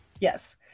Yes